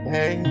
Hey